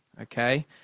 okay